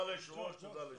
ג'וש,